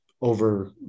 over